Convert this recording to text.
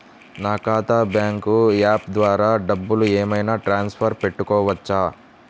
నా ఖాతా bank app ద్వారా డబ్బులు ఏమైనా ట్రాన్స్ఫర్ పెట్టుకోవచ్చా?